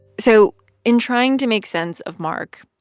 so in trying to make sense of mark,